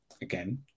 again